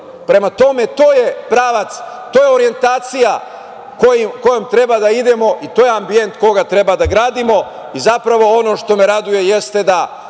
Prema tome, to je pravac, to je orijentacija kojom treba da idemo, i to je ambijent koji treba da gradimo. Ono što me raduje jeste da